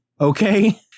Okay